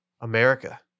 America